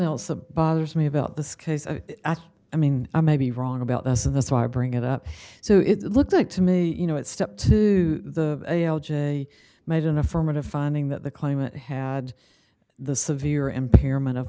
else the bothers me about this case i mean i may be wrong about this and that's why i bring it up so it looks like to me you know it step to the a l j made an affirmative finding that the claimant had the severe impairment of